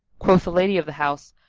quoth the lady of the house,